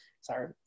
sorry